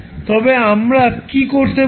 তবে আমরা কী করতে পারি